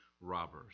robbers